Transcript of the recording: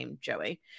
Joey